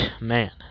Man